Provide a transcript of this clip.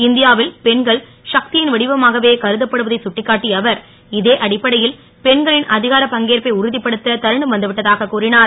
இந் யாவில் பெண்கள் சக் ன் வடிவமாகவே கருதப்படுவதைச் சுட்டிக்காட்டிய அவர் இதே அடிப்படை ல் பெண்களின் அ காரப் பங்கேற்பை உறு ப்படுத்த தருணம் வந்துவிட்டதாகக் கூறிஞர்